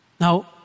Now